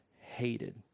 hated